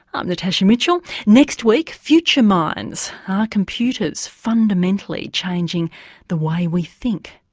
i'm natasha mitchell, next week future minds, are computers fundamentally changing the way we think?